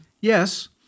yes